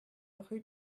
rue